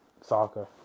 soccer